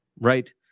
right